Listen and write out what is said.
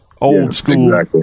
old-school